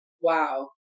Wow